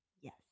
Yes